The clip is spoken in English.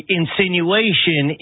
insinuation